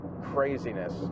craziness